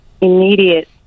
immediate